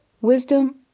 Wisdom